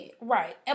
Right